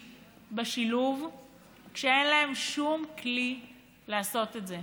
בשילוב כשאין להם שום כלי לעשות את זה?